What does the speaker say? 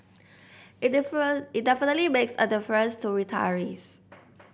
it different it definitely make a difference to retirees